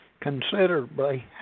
considerably